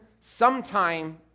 sometime